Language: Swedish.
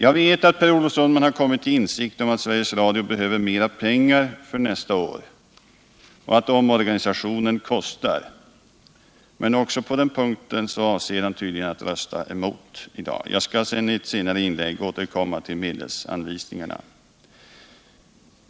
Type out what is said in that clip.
Jag vet att Per Olof Sundman har kommit till insikt om att Sveriges Radio behöver mera pengar för nästa år och att omorganisationen kostar, men också på den punkten avser han tydligen att rösta emot sin tidigare inställning i dag. I ett senare inlägg skall jag återkomma till medelsanvisningarna.